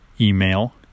email